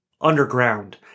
underground